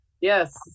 Yes